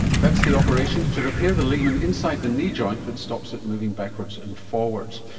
that's the operation to repair the ligament inside the knee joint that stops it moving backwards and forwards.